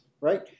right